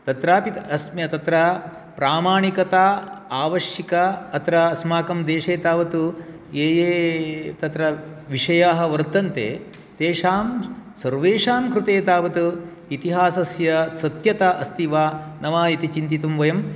तत्र प्रामाणिकता आवश्यकी अत्र अस्माकं देशे तावत् ये ये तत्र विषयाः वर्तन्ते तेषां सर्वेषां कृते तावत् इतिहासस्य सत्यता अस्ति वा न वा इति चिन्तितुं वयं